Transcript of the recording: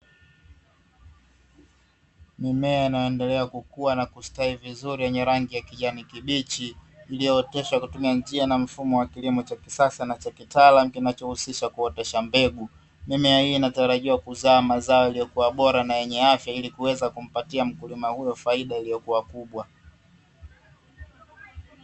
Mimea inayoendelea kukua na kustawi vizuri yenye rangi ya kijani kibichi, iliyooteshwa kwa kutumia njia na mfumo wa kilimo cha kisasa na cha kitaalamu kinachohusisha kuotesha mbegu. Mimea hii inatarajiwa kuzaa mazao yaliyokuwa bora na yenye afya ili kuweza kumpatia mkulima huyo faida iliyokuwa kubwa.